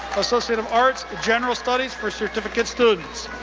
associate of arts, general studies for certificate students.